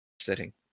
setting